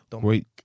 Great